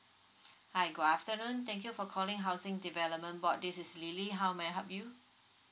hi good afternoon thank you for calling housing development board this is lily how may I help you